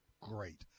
great